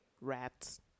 rats